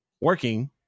working